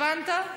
הבנתי.